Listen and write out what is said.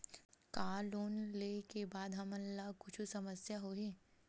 का लोन ले के बाद हमन ला कुछु समस्या होही?